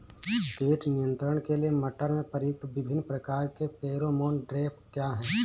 कीट नियंत्रण के लिए मटर में प्रयुक्त विभिन्न प्रकार के फेरोमोन ट्रैप क्या है?